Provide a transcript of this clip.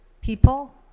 people